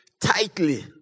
tightly